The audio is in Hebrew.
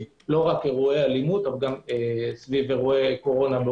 לא רק אירועי אלימות סביב אירועי קורונה,